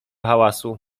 hałasu